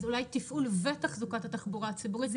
אז אולי תפעול ותחזוקת התחבורה הציבורית.